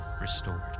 restored